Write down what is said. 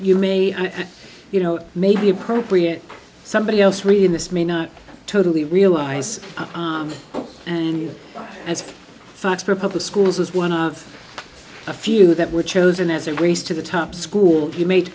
you may you know maybe appropriate somebody else reading this may not totally realize and you as facts for public schools as one of a few that were chosen as a race to the top school you made